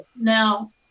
Now